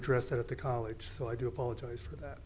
address at the college so i do apologize for that